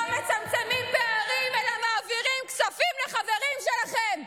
לא מצמצמים פערים אלא מעבירים כספים לחברים שלכם.